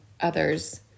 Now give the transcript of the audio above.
others